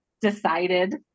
decided